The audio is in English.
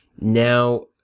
Now